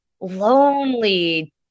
lonely